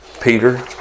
Peter